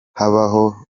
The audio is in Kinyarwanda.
habaho